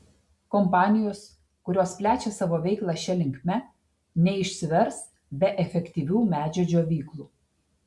kompanijos kurios plečia savo veiklą šia linkme neišsivers be efektyvių medžio džiovyklų